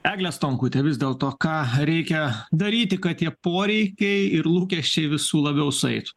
egle stonkute vis dėlto ką reikia daryti kad tie poreikiai ir lūkesčiai visų labiau sueitų